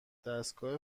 دستگاه